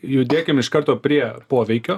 judėkim iš karto prie poveikio